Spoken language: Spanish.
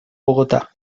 bogotá